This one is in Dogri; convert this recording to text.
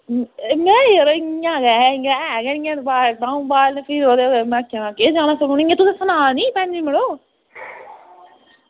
नेईं यरो इंया गै एह् निं ऐ बाल अं'ऊ इं'या गै भी में केह् आक्खेआ इंया मड़ो भैन जी तुसेंगी सनानी